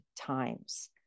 times